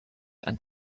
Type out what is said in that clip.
and